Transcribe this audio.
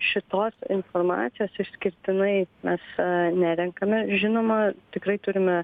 šitos informacijos išskirtinai mes nerenkame žinoma tikrai turime